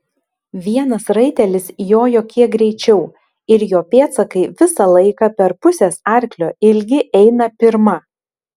vienas raitelis jojo kiek greičiau ir jo pėdsakai visą laiką per pusės arklio ilgį eina pirma